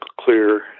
clear